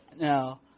Now